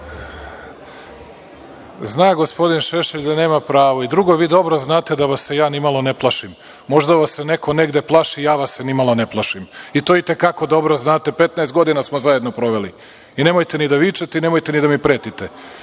gospodin Šešelj da nema pravo. Drugo, vi dobro znate da vas se ja nimalo ne plašim. Možda vas se neko negde plaši, ja vas se nimalo ne plašim. I to i te kako dobro znate. Petnaest godina smo zajedno proveli. Nemojte ni da vičete, nemojte ni da mi pretite.